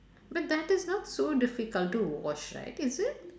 but that is not so difficult to wash right is it